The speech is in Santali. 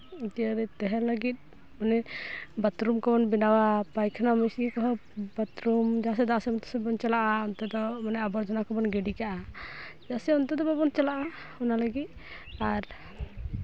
ᱡᱤᱭᱟᱹᱲᱜᱮ ᱛᱟᱦᱮᱱ ᱞᱟᱹᱜᱤᱫ ᱢᱟᱱᱮ ᱵᱟᱛᱷᱨᱩᱢ ᱠᱚᱵᱚᱱ ᱵᱮᱱᱟᱣᱟ ᱯᱟᱭᱠᱷᱟᱱᱟ ᱢᱮᱥᱤᱱ ᱠᱚᱦᱚᱸ ᱵᱟᱛᱷᱨᱩᱢ ᱡᱟᱦᱟᱸ ᱥᱮᱫ ᱫᱟᱜ ᱥᱮᱫ ᱵᱚᱱ ᱪᱟᱞᱟᱜᱼᱟ ᱚᱱᱛᱮ ᱫᱚ ᱟᱵᱚᱨᱡᱚᱱᱟ ᱠᱚᱵᱚᱱ ᱜᱤᱰᱤ ᱠᱟᱜᱼᱟ ᱪᱮᱫᱟᱜ ᱥᱮ ᱚᱱᱛᱮ ᱫᱚ ᱵᱟᱵᱚᱱ ᱪᱟᱞᱟᱜᱼᱟ ᱚᱱᱟ ᱞᱟᱹᱜᱤᱫ ᱟᱨ